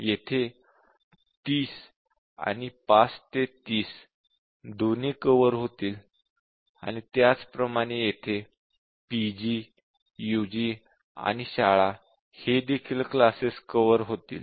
येथे 30 आणि 5 ते 30 दोन्ही कव्हर होतील आणि त्याचप्रमाणे येथे PG UG आणि शाळा हे देखील क्लासेस कव्हर होतील